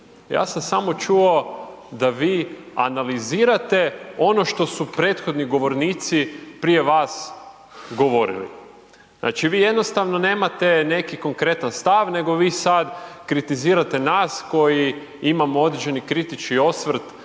Ja sam samo čuo da vi analizirate ono što su prethodni govornici prije vas govorili. Znači vi jednostavno nemate neki konkretan stav nego vi sad kritizirate nas koji imamo određeni kritički osvrt